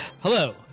Hello